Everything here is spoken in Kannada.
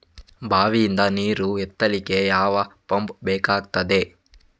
ಬಾವಿಯಿಂದ ನೀರು ಮೇಲೆ ಎತ್ತಲಿಕ್ಕೆ ಯಾವ ಪಂಪ್ ಬೇಕಗ್ತಾದೆ?